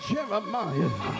Jeremiah